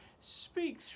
speak